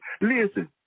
listen